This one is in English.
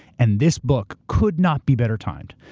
and this book could not be better timed.